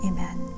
Amen